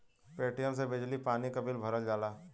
Paytm से बिजली पानी क बिल भरल जाला